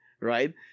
right